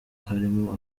harimo